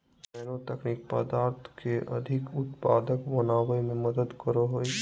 nano तकनीक पदार्थ के अधिक उत्पादक बनावय में मदद करो हइ